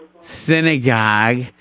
synagogue